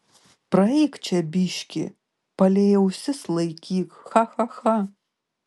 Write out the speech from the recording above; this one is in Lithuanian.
praeik čia biškį palei ausis laikyk cha cha cha